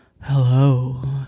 hello